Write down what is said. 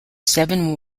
seven